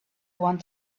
want